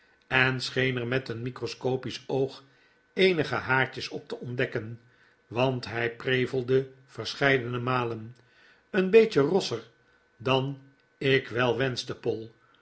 en scheen er met een microscopisch oog eenige haartjes op te ontdekken want hij prevelde verscheidene malen een beetje rosser dan ik wel wenschte poll